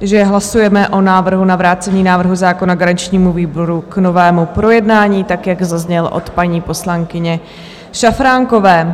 že hlasujeme o návrhu na vrácení návrhu zákona garančnímu výboru k novému projednání, tak jak zazněl od paní poslankyně Šafránkové.